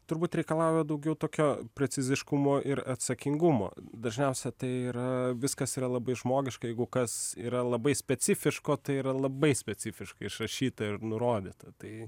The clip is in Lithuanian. turbūt reikalauja daugiau tokio preciziškumo ir atsakingumo dažniausia tai yra viskas yra labai žmogiška jeigu kas yra labai specifiško tai yra labai specifiškai išrašyta ir nurodyta tai